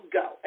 go